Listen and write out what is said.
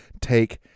Take